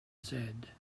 said